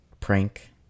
prank